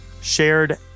shared